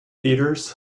theatres